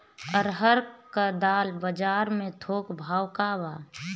अरहर क दाल बजार में थोक भाव का बा?